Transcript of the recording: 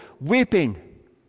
weeping